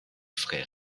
frais